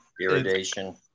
irrigation